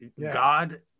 God